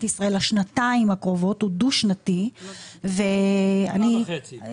ישראל לשנתיים הקרובות; הוא דו שנתי --- שנה וחצי.